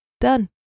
Done